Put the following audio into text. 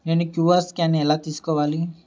నేను QR scan ఎలా తీసుకోవాలి?